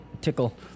Tickle